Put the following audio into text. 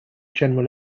general